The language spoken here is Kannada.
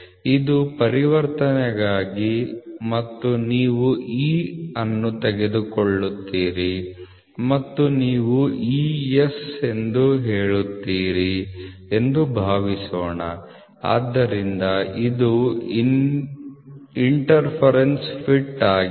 ಈ ಪರಿವರ್ತನೆಗಾಗಿ ಮತ್ತು ನೀವು E ಅನ್ನು ತೆಗೆದುಕೊಳ್ಳುತ್ತೀರಿ ಮತ್ತು ನೀವು E S ಎಂದು ಹೇಳುತ್ತೀರಿ ಎಂದು ಭಾವಿಸೋಣ ಆದ್ದರಿಂದ ಇದು ಇನ್ಟರ್ಫೀರನ್ಸ ಫಿಟ್ ಆಗಿದೆ